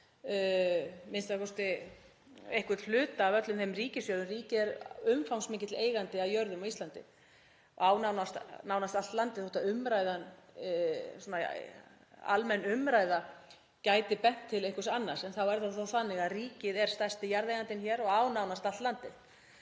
við a.m.k. einhvern hluta af öllum þessum ríkisjörðum, ríkið er umfangsmikill eigandi að jörðum á Íslandi og á nánast allt landið. Þótt almenn umræða gæti bent til einhvers annars þá er það þó þannig að ríkið er stærsti jarðeigandinn hér og á nánast allt landið.